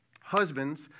husbands